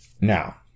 Now